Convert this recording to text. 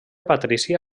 patrícia